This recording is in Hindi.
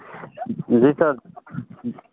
जी सर